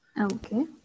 Okay